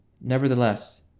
Nevertheless